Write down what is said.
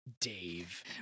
dave